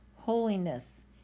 Holiness